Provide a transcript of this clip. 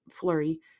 flurry